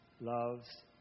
loves